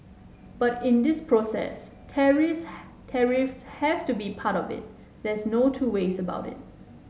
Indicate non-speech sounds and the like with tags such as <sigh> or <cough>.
but in this process <unintelligible> tariffs have to be part of it there's no two ways about it